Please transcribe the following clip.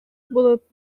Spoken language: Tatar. булып